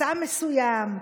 מצע מסוים,